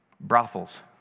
brothels